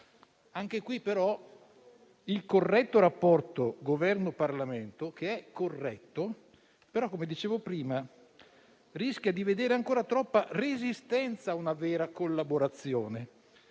tale ambito però il rapporto Governo-Parlamento è sì corretto, però, come dicevo prima, rischia di vedere ancora troppa resistenza a una vera collaborazione